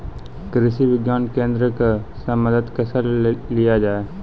कृषि विज्ञान केन्द्रऽक से मदद कैसे लिया जाय?